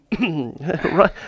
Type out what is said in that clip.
right